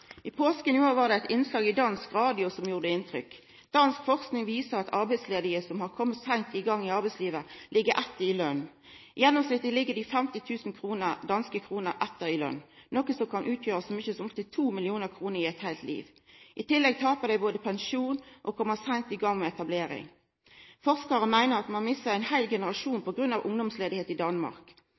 I påsken i år var det eit innslag i Danmarks Radio som gjorde inntrykk. Dansk forsking viser at arbeidsledige som har komme seint i gang i arbeidslivet, ligg etter i lønn. I gjennomsnitt ligg dei 50 000 danske kroner etter i lønn, noko som kan utgjera så mykje som opptil 2 mill. kr i eit heilt liv. I tillegg tapar dei både pensjon og kjem seint i gang med etablering. Forskarane meinar at ein mistar ein heil generasjon på grunn av ungdomarbeidsløyse i Danmark.